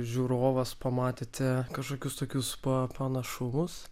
žiūrovas pamatėte kažkokius tokius pa panašus